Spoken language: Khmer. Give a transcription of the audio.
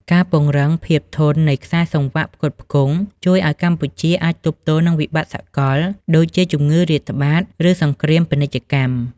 ការពង្រឹង "ភាពធន់នៃខ្សែសង្វាក់ផ្គត់ផ្គង់" ជួយឱ្យកម្ពុជាអាចទប់ទល់នឹងវិបត្តិសកល ដូចជាជំងឺរាតត្បាត ឬសង្គ្រាមពាណិជ្ជកម្ម។